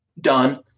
Done